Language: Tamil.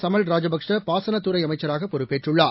சமல் ராஜபக்சேபாசனத்துறைஅமைச்சராகபொறுப்பேற்றுள்ளார்